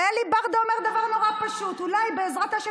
ואלי ברדה אומר דבר נורא פשוט: אולי בעזרת השם